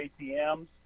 ATMs